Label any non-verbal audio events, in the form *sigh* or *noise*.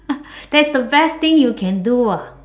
*laughs* that's the best thing you can do [what]